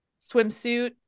swimsuit